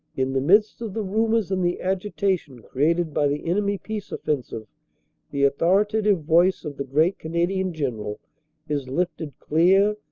in the midst of the rumors and the agitation created by the enemy peace offensive the authoritative voice of the great canadian general is lifted clear,